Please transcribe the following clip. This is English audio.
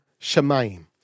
shemaim